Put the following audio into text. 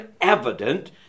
evident